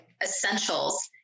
essentials